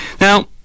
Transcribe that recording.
Now